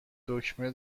دکمه